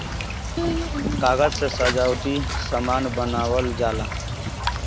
कागज से सजावटी सामान बनावल जाला